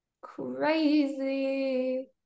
Crazy